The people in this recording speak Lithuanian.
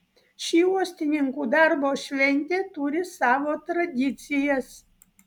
ši uostininkų darbo šventė turi savo tradicijas